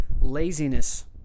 laziness